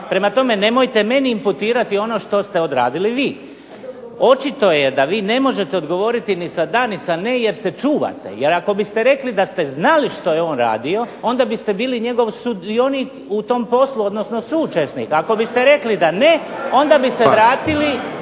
Prema tome, nemojte meni imputirati ono što ste odradili vi. Očito je da vi ne možete odgovoriti ni sa da, ni sa ne, jer se čuvate, jer ako biste rekli da ste znali što je on radio onda biste bili njegov sudionik u tom poslu, odnosno suučesnik. Ako biste rekli da ne, onda bi se vratili.